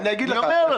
אני אומר לך.